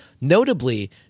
Notably